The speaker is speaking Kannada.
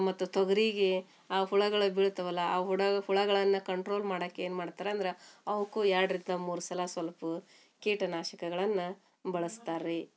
ಮತ್ತು ತೊಗರಿಗೆ ಆ ಹುಳುಗಳ್ ಬೀಳ್ತಾವಲ್ವ ಆ ಹುಳ ಹುಳುಗಳನ್ನ ಕಂಟ್ರೋಲ್ ಮಾಡಕ್ಕೆ ಏನು ಮಾಡ್ತಾರಂದ್ರೆ ಅವಕ್ಕೂ ಎರಡರಿಂದ ಮೂರು ಸಲ ಸೊಲ್ಪ ಕೀಟನಾಶಕಗಳನ್ನು ಬಳಸ್ತಾರೆ ರೀ